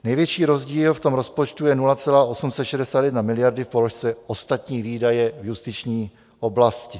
Největší rozdíl v tom rozpočtu je 0,861 miliardy v položce ostatní výdaje v justiční oblasti.